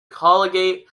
collegiate